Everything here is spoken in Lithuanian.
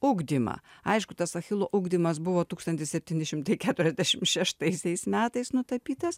ugdymą aišku tas achilo ugdymas buvo tūkstantis septyni šimtai keturiasdešim šeštaisiais metais nutapytas